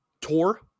Tour